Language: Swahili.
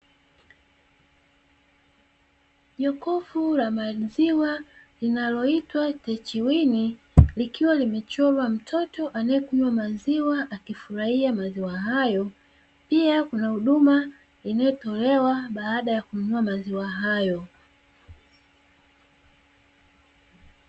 Jokofu la maziwa linaloitwa "Techwin", likiwa limechorwa mtoto anayekunywa maziwa akifurahia maziwa hayo, pia kuna huduma inayotolewa baada ya kununua maziwa hayo.